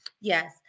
yes